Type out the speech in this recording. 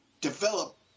develop